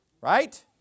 Right